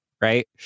Right